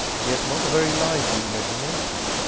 he has not a very lively imagination,